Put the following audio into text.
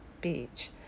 Beach